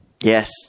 Yes